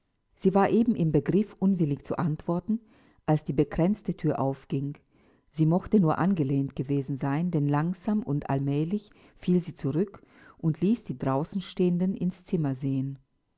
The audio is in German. sie war eben im begriff unwillig zu antworten als die bekränzte thür aufging sie mochte nur angelehnt gewesen sein denn langsam und allmählich fiel sie zurück und ließ die draußenstehenden ins zimmer sehen